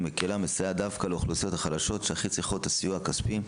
מקלה ומסייעת דווקא לאוכלוסיות החלשות שהכי צריכות את הסיוע הכספי,